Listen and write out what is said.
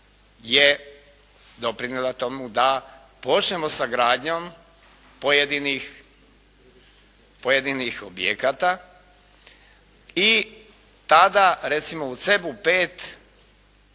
je doprinijela tomu da počnemo sa gradnjom pojedinih objekata i tada, recimo u CEB-u 5,